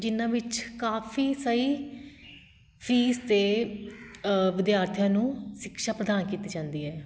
ਜਿਨ੍ਹਾਂ ਵਿੱਚ ਕਾਫੀ ਸਹੀ ਫੀਸ 'ਤੇ ਵਿਦਿਆਰਥੀਆਂ ਨੂੰ ਸਿਕਸ਼ਾ ਪ੍ਰਦਾਨ ਕੀਤੀ ਜਾਂਦੀ ਹੈ